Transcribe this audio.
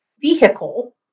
vehicle